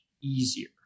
easier